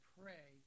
pray